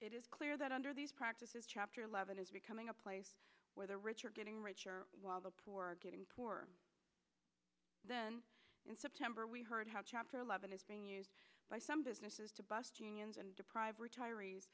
it is clear that under these practices chapter eleven is becoming a place where the rich are getting richer while the poor are getting poorer then in september we heard how chapter eleven is being used by some businesses to bust unions and deprive retirees